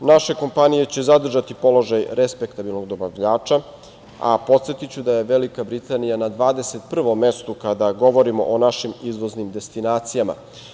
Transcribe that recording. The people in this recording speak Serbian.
Naše kompanije će zadržati položaj respektabilnog dobavljača, a podsetiću da je Velika Britanija na 21. mestu kada govorimo o našim izvoznim destinacijama.